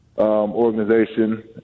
Organization